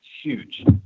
huge